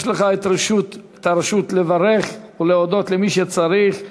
יש לך את הרשות לברך ולהודות למי שצריך.